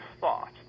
thought